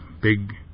big